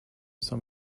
some